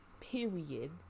Period